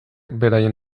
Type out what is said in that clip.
beraien